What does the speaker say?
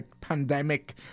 pandemic